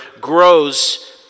grows